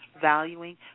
valuing